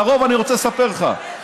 אני רוצה לספר לך,